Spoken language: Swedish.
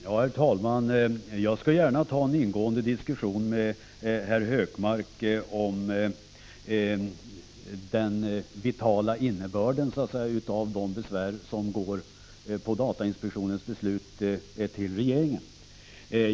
Herr talman! Jag skall gärna ta en ingående diskussion med herr Hökmark om innebörden av de besvär över datainspektionens beslut som går till regeringen.